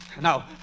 Now